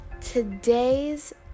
today's